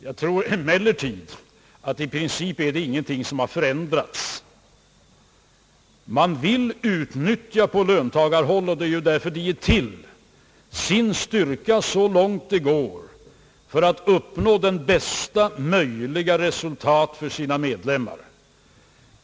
Jag tror emellertid att i princip ingenting har förändrats. Löntagarorganisationerna vill utnyttja — och det är därför de är till — sin styrka så långt det är möjligt för att uppnå det bästa möjliga resultatet för sina medlemmar.